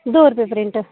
दौ रपे प्रिंट